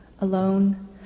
Alone